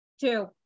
Two